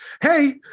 hey